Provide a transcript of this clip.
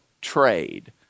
trade